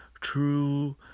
true